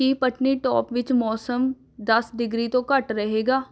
ਕੀ ਪਟਨੀਟੋਪ ਵਿੱਚ ਮੌਸਮ ਦਸ ਡਿਗਰੀ ਤੋਂ ਘੱਟ ਰਹੇਗਾ